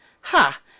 Ha